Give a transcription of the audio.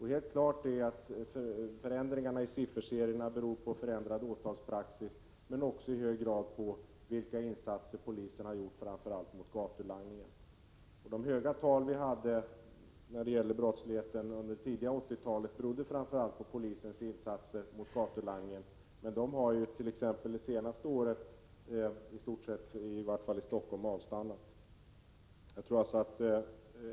Helt klart är att förändringarna i sifferserierna beror på förändrad åtalspraxis och även i hög grad på de insatser polisen gjort mot framför allt gatulangningen. De höga siffror vi — Prot. 1986/87:74 hade när det gäller brottsligheten under det tidiga 80-talet berodde framför 18 februari 1987 allt på polisens insatser mot gatulangningen. Men dessa insatser har avstannat i Stockholmsområdet det senaste året.